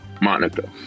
Monica